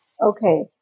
Okay